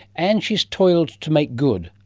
and she's toiled to make good,